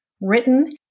written